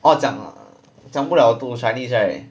orh 讲讲不了读 chinese right